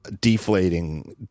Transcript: deflating